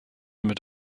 mit